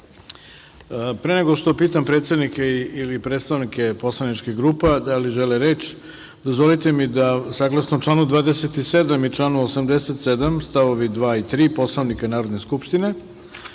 nego što pitam predsednike ili predstavnike poslaničkih grupa da li žele reč, dozvolite mi da, saglasno članu 27. i članu 87. st. 2. i 3. Poslovnika Narodne skupštine,